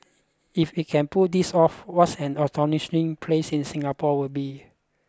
if it can pull this off what an astonishing place in Singapore would be